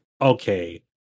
okay